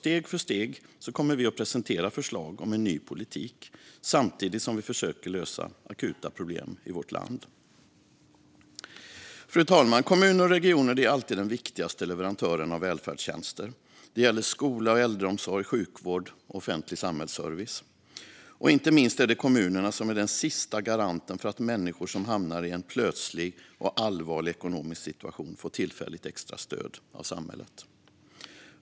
Steg för steg kommer vi att presentera förslag om en ny politik samtidigt som vi försöker lösa akuta problem i vårt land. Fru talman! Kommuner och regioner är alltid den viktigaste leverantören av välfärdstjänster. Det gäller skola, äldreomsorg, sjukvård och offentlig samhällsservice. Inte minst är det kommunerna som är den sista garanten för att människor som hamnar i en plötslig och allvarlig ekonomisk situation ska få tillfälligt extra stöd av samhället.